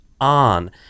on